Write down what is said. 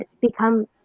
become